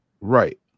right